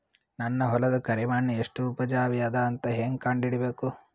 ನನ್ನ ಹೊಲದ ಕರಿ ಮಣ್ಣು ಎಷ್ಟು ಉಪಜಾವಿ ಅದ ಅಂತ ಹೇಂಗ ಕಂಡ ಹಿಡಿಬೇಕು?